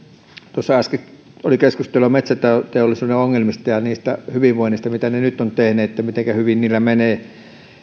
tuossa äsken oli keskustelua metsäteollisuuden ongelmista ja siitä hyvinvoinnista mitä heillä nyt on eli siitä mitenkä hyvin heillä menee